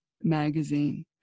magazine